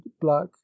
black